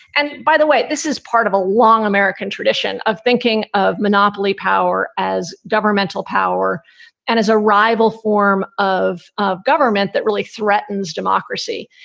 and by the way, this is part of a long american tradition of thinking of monopoly power as governmental power and as a rival form of of government that really threatens democracy.